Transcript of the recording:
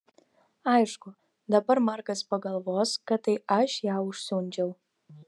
aišku dabar markas pagalvos kad tai aš ją užsiundžiau